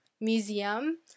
museum